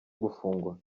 gufungwa